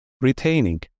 retaining